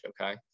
okay